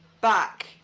back